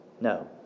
No